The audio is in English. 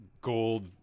gold